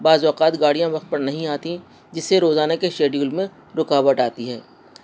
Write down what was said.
بعض اوقات گاڑیاں وقت پر نہیں آتیں جس سے روزانہ کے شیڈیول میں رکاوٹ آتی ہے